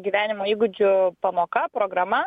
gyvenimo įgūdžių pamoka programa